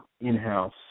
in-house